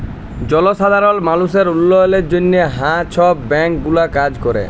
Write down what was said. জলসাধারল মালুসের উল্ল্যয়লের জ্যনহে হাঁ ছব ব্যাংক গুলা কাজ ক্যরে